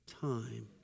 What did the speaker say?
time